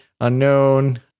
unknown